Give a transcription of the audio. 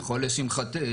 אני יכול לומר לשמחתנו.